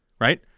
right